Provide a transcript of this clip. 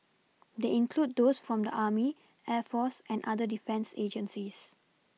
they include those from the army air force and other defence agencies